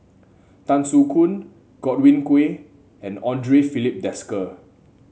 Tan Soo Khoon Godwin Koay and Andre Filipe Desker